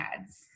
ads